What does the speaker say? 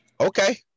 Okay